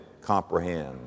comprehend